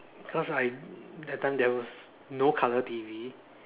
cause I that time there was no colour T_V